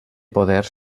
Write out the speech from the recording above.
poders